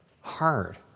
hard